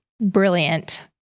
brilliant